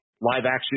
live-action